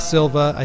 Silva